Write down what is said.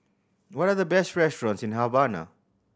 what are the best restaurants in Havana